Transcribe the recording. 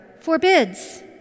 forbids